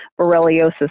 borreliosis